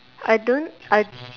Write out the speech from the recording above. I don't I